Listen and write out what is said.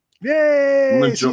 Yay